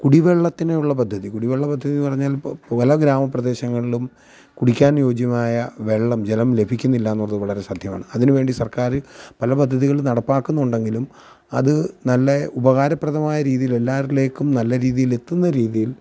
കുടിവെള്ളത്തിനുള്ള പദ്ധതി കുടിവെള്ള പദ്ധതിയെന്ന് പറഞ്ഞാൽ പല ഗ്രാമപ്രദേശങ്ങളിലും കുടിക്കാൻ യോജ്യമായ വെള്ളം ജലം ലഭിക്കുന്നില്ലയെന്നുള്ളത് വളരെ സത്യമാണ് അതിനു വേണ്ടി സർക്കാർ പല പദ്ധതികളും നടപ്പാക്കുന്നുണ്ടെങ്കിലും അത് നല്ല ഉപകാരപ്രദമായ രീതിയിൽ എല്ലാവരിലേക്കും നല്ല രീതിയിൽ എത്തുന്ന രീതിയിൽ